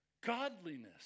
godliness